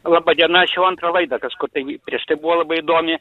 laba diena aš jau antrą laidą kažkur tai prieš tai buvo labai įdomi